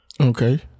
okay